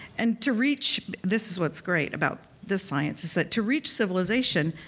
and to reach, this is what's great about this science is that to reach civilization,